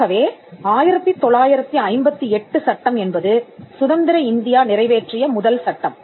ஆகவே 1958 சட்டம் என்பது சுதந்திர இந்தியா நிறைவேற்றிய முதல் சட்டம்